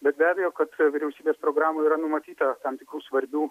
bet be abejo kad vyriausybės programoj yra numatyta tam tikrų svarbių